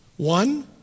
One